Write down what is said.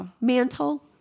mantle